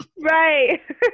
right